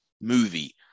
movie